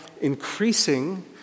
increasing